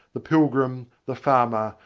the pilgrim, the farmer,